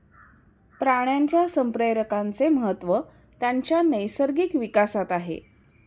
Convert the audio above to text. प्राण्यांच्या संप्रेरकांचे महत्त्व त्यांच्या नैसर्गिक विकासात आहे